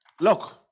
Look